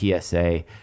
PSA